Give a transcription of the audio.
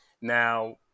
Now